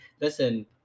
listen